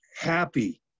happy